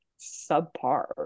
subpar